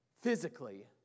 physically